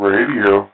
Radio